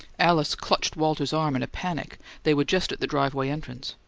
alice clutched walter's arm in a panic they were just at the driveway entrance.